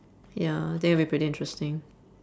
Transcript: ya I think it'll be pretty interesting